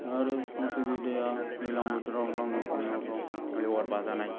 आरो उसुबिदाया दैलां बोथोराव लान्दांआव खिनायावथ' लेवार बाजानाय